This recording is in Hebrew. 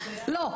לא,